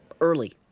early